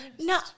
No